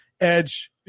edge